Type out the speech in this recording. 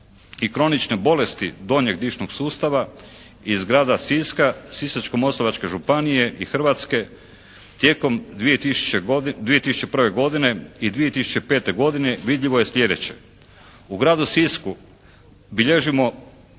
kronične bolesti donjeg dišnog sustava iz grada Siska, Sisačko-moslavačke županije i Hrvatske tijekom 2001. godine i 2005. godine vidljivo je slijedeće. U gradu Sisku bilježimo